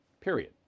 period